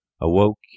awoke